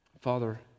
Father